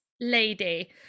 lady